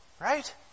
right